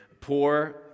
poor